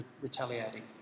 retaliating